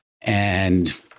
and-